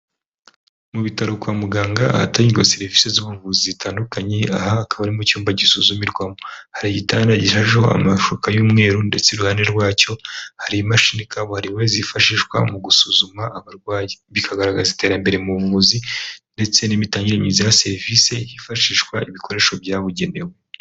Mu bitaro kwa muganga ahatangirwagwa serivisi z'ubuvuzi zitandukanye aha hakaba ari mu cyumba gisuzumirwamo hagitara gije amashuka y'umweru ndetse iruhande rwacyo hari imashini kabuhariwe zifashishwa mu gusuzuma abarwayi bikagaragaza iterambere mu buvuzi ndetse n'imitangire myiza ya serivisi hifashishwa ibikoresho byabugenewe.